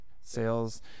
sales